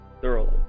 thoroughly